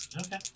Okay